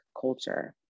culture